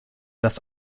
dass